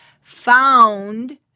found